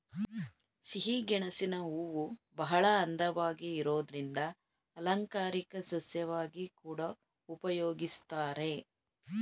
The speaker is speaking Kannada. ಸಿಹಿಗೆಣಸಿನ ಹೂವುಬಹಳ ಅಂದವಾಗಿ ಇರೋದ್ರಿಂದ ಅಲಂಕಾರಿಕ ಸಸ್ಯವಾಗಿ ಕೂಡಾ ಉಪಯೋಗಿಸ್ತಾರೆ